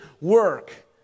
work